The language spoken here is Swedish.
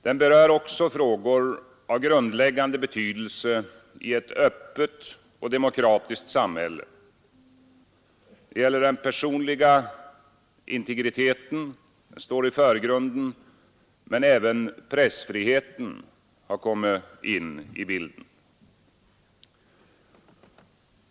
Den berör också frågor av grundläggande betydelse i ett öppet och demokratiskt samhälle: den personliga integriteten står i förgrunden, men även pressfriheten har kommit in i bilden.